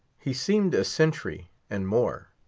he seemed a sentry, and more.